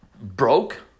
broke